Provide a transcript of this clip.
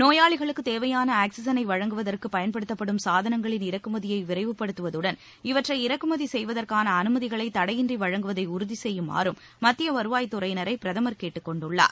நோயாளிகளுக்குத் தேவையான ஆக்ஸிஜனை வழங்குவதற்கு பயன்படுத்தப்படும் சாதனங்களின் இறக்குமதியை விரைவுப்படுத்துவதுடன் இவற்றை இறக்குமதி செய்வதற்கான அனுமதிகளை தடையின்றி வழங்குவதை உறுதி செய்யுமாறும் மத்திய வருவாய்த் துறையினரை பிரதமர் கேட்டுக் கொண்டுள்ளார்